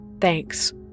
thanks